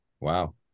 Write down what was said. wow